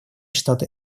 штаты